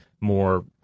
more